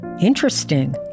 Interesting